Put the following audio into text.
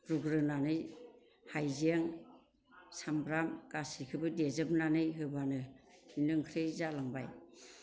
रुग्रोनानै हाइजें सामब्राम गासिखोबो देजोबनानै होब्लानो बेनो ओंख्रि जालांबाय